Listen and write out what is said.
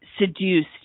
seduced